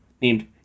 named